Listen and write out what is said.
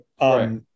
Right